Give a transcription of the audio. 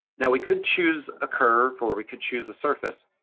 now we could choose a curve or we could choose a surface,